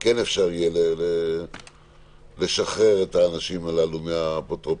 כן אפשר יהיה לשחרר את האנשים הללו מהאפוטרופסות?